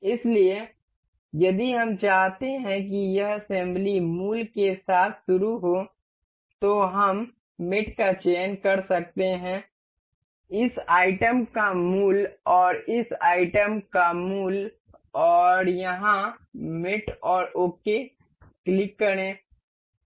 इसलिए यदि हम चाहते हैं कि यह असेंबली मूल के साथ शुरू हो तो हम मेट का चयन कर सकते हैं इस आइटम का मूल और इस आइटम का मूल और यहां मेट और ओके क्लिक करें